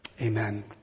Amen